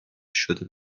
شده